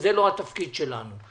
שזה לא התפקיד שלנו.